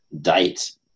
date